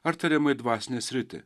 ar tariamai dvasinę sritį